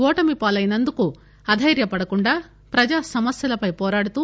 ఓటమి పాలైనందుకు అదైర్య పడకుండా ప్రజా సమస్యలపై పోరాడుతూ